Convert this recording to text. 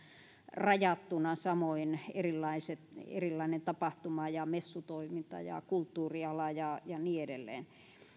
rajattuna samoin erilainen tapahtuma ja ja messutoiminta ja kulttuuriala ja ja niin edelleen